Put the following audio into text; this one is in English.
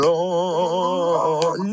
Lord